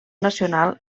nacional